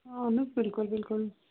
اَہن حظ بلکُل بلکُل